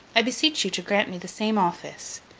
i beseech you to grant me the same office.